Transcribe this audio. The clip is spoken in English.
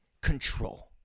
control